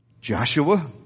Joshua